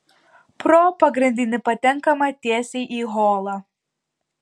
pro pagrindinį patenkama tiesiai į holą